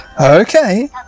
Okay